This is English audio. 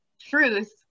truth